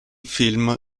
film